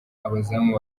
abazamu